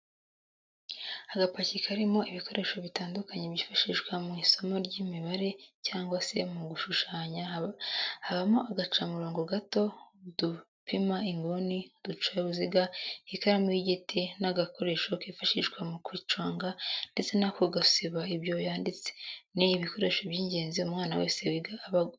Agapaki karimo ibikoresho bitandukanye byifashishwa mu isomo ry'imibare cyangwa se mu gushushanya habamo agacamurongo gato, udupima inguni, uducaruziga, ikaramu y'igiti n'agakoresho kifashishwa mu kuyiconga ndetse n'ako gusiba ibyo yanditse, ni ibikoresho by'ingenzi umwana wese wiga aba agomba kugira.